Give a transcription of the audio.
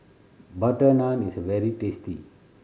butter naan is very tasty